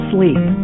Sleep